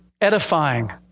edifying